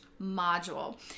module